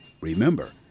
Remember